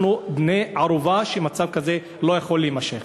אנחנו בני-ערובה, ומצב כזה לא יכול להימשך.